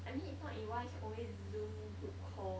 I mean if not you want can always Zoom group call